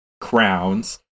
Crowns